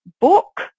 book